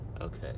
Okay